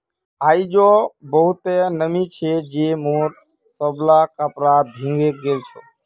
आइज बहुते नमी छै जे मोर सबला कपड़ा भींगे गेल छ